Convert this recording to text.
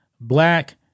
Black